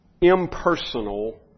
impersonal